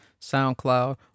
soundcloud